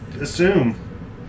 assume